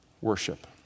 worship